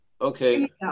Okay